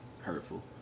Hurtful